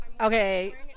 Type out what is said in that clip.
Okay